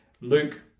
Luke